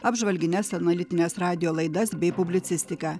apžvalgines analitines radijo laidas bei publicistiką